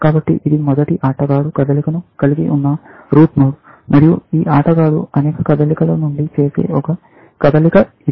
కాబట్టి ఇది మొదటి ఆటగాడు కదలికను కలిగి ఉన్న రూట్ నోడ్ మరియు ఈ ఆటగాడు అనేక కదలికల నుండి చేసే ఒక కదలిక ఇది